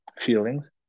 feelings